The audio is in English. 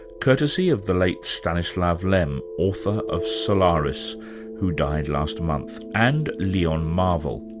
courtesy of the late stanislaw lem, author of solaris who died last month, and leon marvell,